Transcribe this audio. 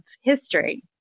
history